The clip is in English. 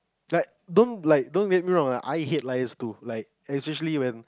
like don't like don't get me wrong I hate liars too like especially when